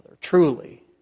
Truly